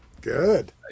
Good